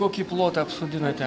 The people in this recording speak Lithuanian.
kokį plotą apsodinate